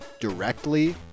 directly